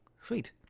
Sweet